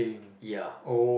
ya